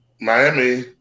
Miami